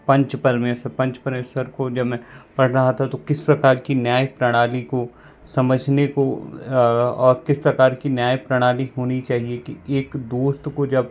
पंच परमेश्वर पंच परमेश्वर को जब मैं पढ़ रहा था तो किस प्रकार की न्याय प्रणाली को समझने को और किस प्रकार की न्याय प्रणाली होनी चाहिए की एक दोस्त को जब